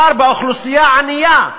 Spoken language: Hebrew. מדובר באוכלוסייה ענייה,